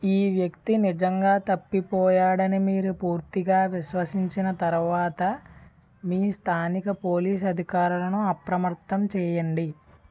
ఈ వ్యక్తి నిజంగా తప్పిపోయాడని మీరు పూర్తిగా విశ్వసించిన తరువాత మీ స్థానిక పోలీస్ అధికారులను అప్రమత్తం చేయండి